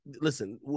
listen